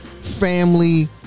family